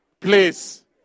Please